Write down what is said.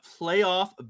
playoff